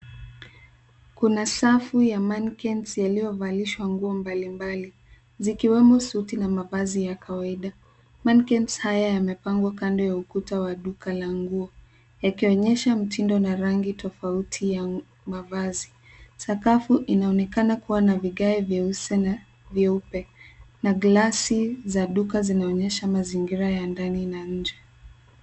Kuna safu ya Maniquine yaliyovalishwa nguo mbalimbali zikiwemo suti na mavazi ya kawaida Maniquine haya yamepangwa kando ya ukuta wa duka la nguo yakionyesha mtindo na rangi tofauti ya mavazi. Sakafu inaonekana kuwa na vigae vyeusi na vyeupe na glasi za duka zinaonyesha mazingira ya ndani na nje.